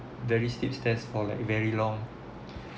very steep stairs for like very long